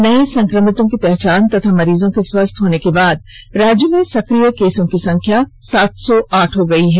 नए संक्रमित की पहचान तथा मरीजों के स्वस्थ होने के बाद राज्य में सक्रिय केसों की संख्या सात सौ आठ हो गई है